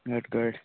घट घट